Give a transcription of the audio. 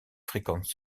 fréquente